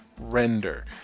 Render